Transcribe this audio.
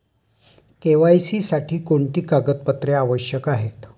KYC साठी कोणती कागदपत्रे आवश्यक आहेत?